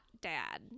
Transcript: dad